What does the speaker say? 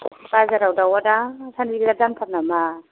बाजाराव दाउआ दासानदि बेराद दामथार नामा